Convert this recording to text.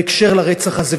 בהקשר של הרצח הזה.